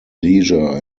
leisure